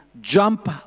jump